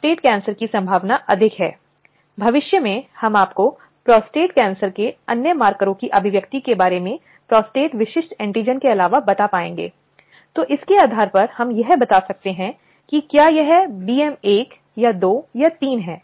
जिसमें एक तंत्र हो जिससे संगठन के भीतर यौन उत्पीड़न के किसी भी उदाहरण की सूचना दी जा सके और इस तरह की प्रथाओं को समाप्त करने के लिए संगठन के भीतर प्रभावी कार्रवाई की जा सके साथ ही साथ अपराध करने वालों के खिलाफ उचित दंडात्मक कार्रवाई करने के लिए जो वहां हैं